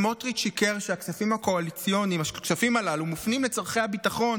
סמוטריץ' שיקר שהכספים הקואליציוניים מופנים לצורכי הביטחון